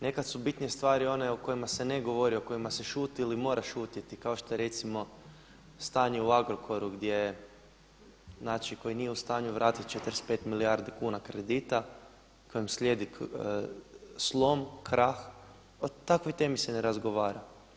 Nekada su bitnije stvari one o kojima se ne govori, o kojima se šuti ili mora šutjeti kao što je recimo stanje u Agrokoru gdje, znači koji nije u stanju vratiti 45 milijardi kuna kredita, kojem slijedi slom, krah, o takvoj temi se ne razgovara.